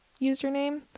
username